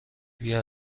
بیا